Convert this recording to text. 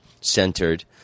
centered